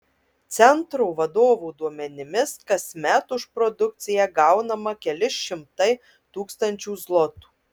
centro vadovo duomenimis kasmet už produkciją gaunama keli šimtai tūkstančių zlotų